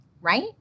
Right